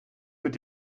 mit